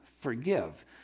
forgive